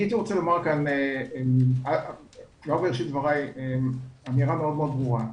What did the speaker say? אני רוצה לומר כבר בראשית דבריי אמירה מאוד ברורה.